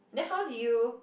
then how do you